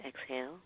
Exhale